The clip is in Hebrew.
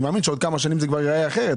אני מאמין שאחרי כמה שנים זה ייראה אחרת.